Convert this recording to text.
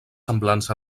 semblants